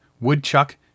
woodchuck